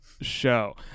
Show